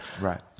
Right